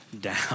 down